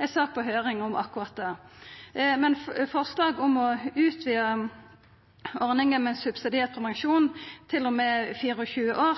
ei sak på høyring om akkurat det. Men ein har òg falt frå forslaget om å utvida ordninga med subsidiert prevensjon til og med 24 år.